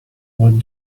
what